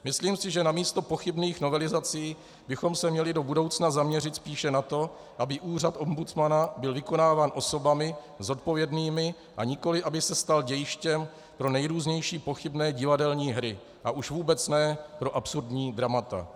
Myslím si, že na místo pochybných novelizací bychom se měli do budoucna zaměřit spíše na to, aby úřad ombudsmana byl vykonáván osobami zodpovědnými, a nikoliv aby se stal dějištěm pro nejrůznější pochybné divadelní hry a už vůbec ne pro absurdní dramata.